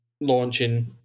launching